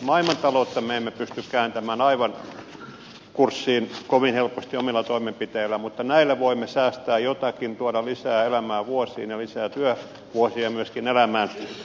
maailmantaloutta me emme pysty kääntämään kurssiin kovin helposti omilla toimenpiteillämme mutta näillä voimme säästää jotakin tuoda lisää elämää vuosiin ja lisää työvuosia myöskin elämään